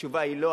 התשובה היא לא.